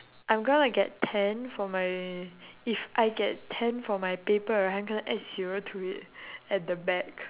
I'm gonna get ten for my if I get ten for my paper right I'm gonna add zero to it at the back